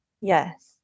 Yes